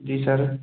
जी sir